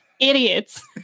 idiots